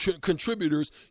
contributors